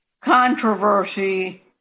controversy